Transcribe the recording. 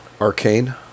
Arcane